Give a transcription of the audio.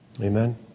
Amen